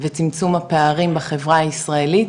וצמצום הפערים בחברה הישראלית.